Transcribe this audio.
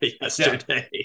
yesterday